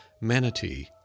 manatee